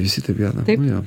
visi taip gyvena nu jo